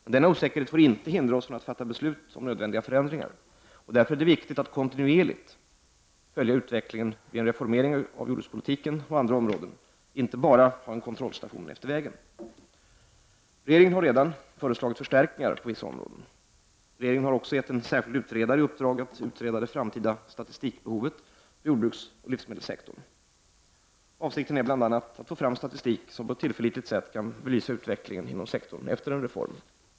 Men denna osäkerhet får inte hindra oss från att fatta beslut om nödvändiga förändringar. Därför är det viktigt att kontinuerligt följa utvecklingen vid en reformering av jordbrukspolitiken m.fl. områden — inte bara ha en kontrollstation efter vägen. Regeringen har redan föreslagit förstärkningar på vissa områden. Regeringen har också gett en särskild utredare i uppdrag att utreda det framtida statistikbehovet inom jordbruksoch livsmedelssektorn. Avsikten är bl.a. att få fram statistik som på ett tillförlitligt sätt kan belysa utvecklingen inom sektorn efter en reform.